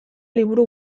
liburu